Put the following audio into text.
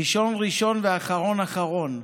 ראשון ראשון ואחרון אחרון.